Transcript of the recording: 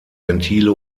ventile